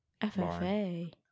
FFA